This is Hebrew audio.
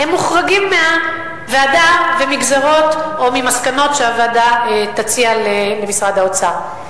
מוחרגים מהוועדה ומגזירות או ממסקנות שהוועדה תציע למשרד האוצר.